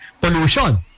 pollution